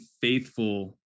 faithful